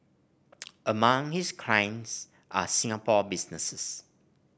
among his clients are Singapore businesses